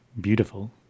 beautiful